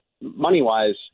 money-wise